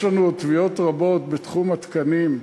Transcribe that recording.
יש לנו תביעות רבות בתחום התקנים,